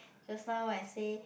just now I say